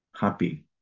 happy